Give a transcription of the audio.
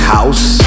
House